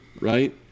right